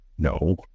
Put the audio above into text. No